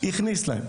הכניס להם.